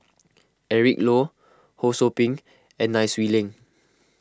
Eric Low Ho Sou Ping and Nai Swee Leng